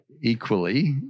equally